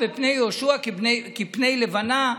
ו"פני יהושע כפני לבנה".